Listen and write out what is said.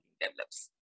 develops